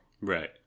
right